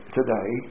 today